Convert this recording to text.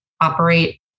operate